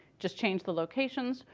just change the locations.